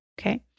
Okay